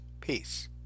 Peace